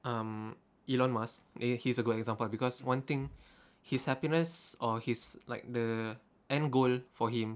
um elon musk eh he's a good example because one thing his happiness or his like the end goal for him